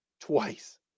twice